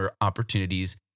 opportunities